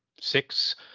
six